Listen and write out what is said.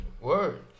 Word